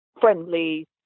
friendly